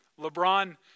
LeBron